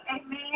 Amen